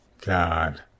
god